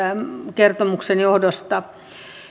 kertomuksen johdosta